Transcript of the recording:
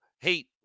hate